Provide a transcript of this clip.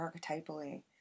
archetypally